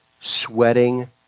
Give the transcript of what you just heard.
sweating